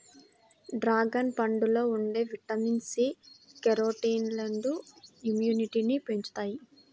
dragon పండులో ఉండే vitamin C, కెరోటినాయిడ్లు ఇమ్యునిటీని పెంచుతాయి